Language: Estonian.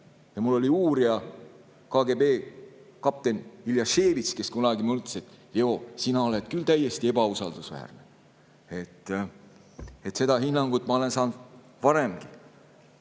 ja mul oli uurija, KGB kapten Iljaševitš, kes mulle ütles, et, Leo, sina oled küll täiesti ebausaldusväärne. Nii et seda hinnangut ma olen saanud varemgi.